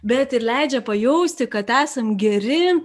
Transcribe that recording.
bet ir leidžia pajusti kad esam geri